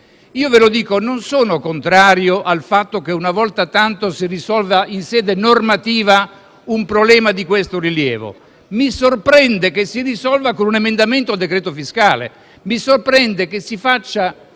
Paese. Io non sono contrario al fatto che una volta tanto si risolva in sede normativa un problema di questo rilievo; mi sorprende però che lo si risolva con un emendamento al decreto fiscale; mi sorprende che si faccia